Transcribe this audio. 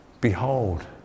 behold